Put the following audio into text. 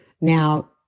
Now